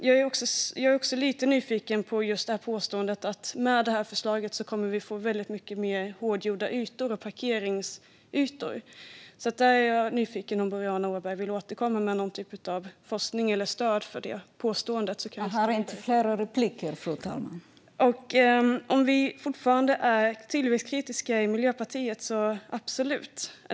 Jag blir lite nyfiken på påståendet att vi med det här förslaget kommer att få mycket mer hårdgjorda ytor och parkeringsytor. Jag skulle gärna vilja att Boriana Åberg återkommer med någon typ av forskning eller stöd för det påståendet. : Jag har inte fler repliker, fru talman.) När det gäller om Miljöpartiet fortfarande är tillväxtkritiska svarar jag: Absolut!